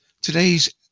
today's